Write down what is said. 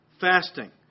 fasting